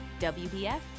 WBF